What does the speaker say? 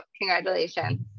congratulations